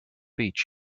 beach